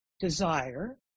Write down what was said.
desire